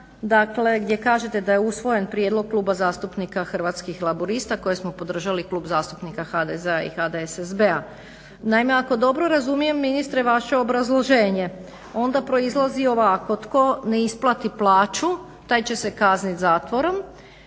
teksta gdje kažete da je usvojen prijedlog Kluba zastupnika Hrvatskih laburista koje smo podržali Klub zastupnika HDZ-a i HDSSB-a. Naime ako dobro razumijem ministre vaše obrazloženje onda proizlazi ovako tko ne isplati plaću taj će se kazniti zatvorom,